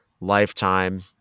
lifetime